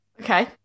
Okay